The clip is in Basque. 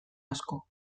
asko